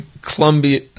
Columbia